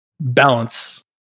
Balance